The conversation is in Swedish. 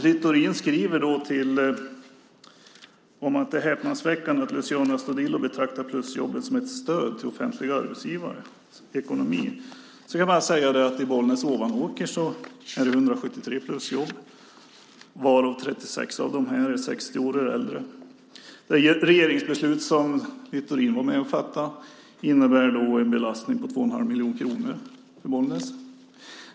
Littorin skriver att det är häpnadsväckande att Luciano Astudillo betraktar plusjobben som ett stöd till offentliga arbetsgivares ekonomi. I Bollnäs-Ovanåker är det 173 plusjobb. Av dem är 36 personer 60 år och äldre. Detta regeringsbeslut som Littorin var med och fattade innebär en belastning på 2 1⁄2 miljoner kronor för Bollnäs.